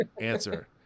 answer